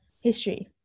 history